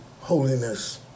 holiness